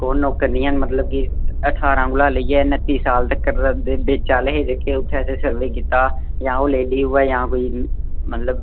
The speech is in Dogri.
कु'न नौकर निं हैन मतलब कि अठारां कोला लेइयै न'त्ती साल तक्कर दे बिच्च आह्ले हे जेह्के उत्थै ते सर्वे कीता जा ओह् लेई लेई उ'ऐ जां कोई जां मतलब